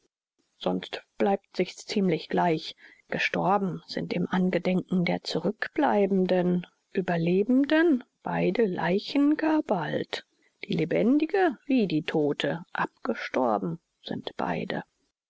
sonst bleibt sich's ziemlich gleich gestorben sind im angedenken der zurückbleibenden ueberlebenden beide leichen gar bald die lebendige wie die todte abgestorben sind beide